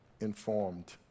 informed